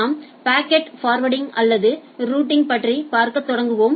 நாம் பாக்கெட்ஃபார்வர்டிங் அல்லது ரூட்டிங்யை பற்றி பார்க்கத் தொடங்குவோம்